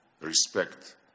respect